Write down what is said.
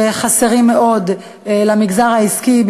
שחסרים מאוד למגזר העסקי,